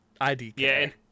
IDK